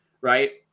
right